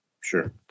sure